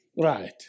Right